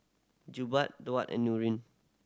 Jebat Daud and Nurin